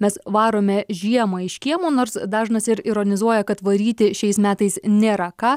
mes varome žiemą iš kiemo nors dažnas ir ironizuoja kad varyti šiais metais nėra ką